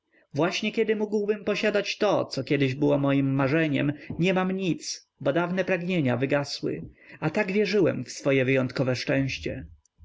właśnie kiedy mógłbym posiadać to co kiedyś było mojem marzeniem nie mam nic bo dawne pragnienia wygasły a tak wierzyłem w swoje wyjątkowe szczęście